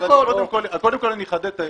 אני קודם כל אחדד.